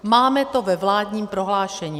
Máme to ve vládním prohlášení.